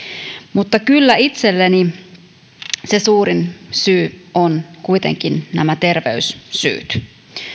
mutta kyllä itselleni se suurin syy ovat kuitenkin nämä terveyssyyt